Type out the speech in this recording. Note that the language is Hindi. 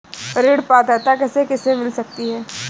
ऋण पात्रता किसे किसे मिल सकती है?